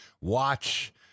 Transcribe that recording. watch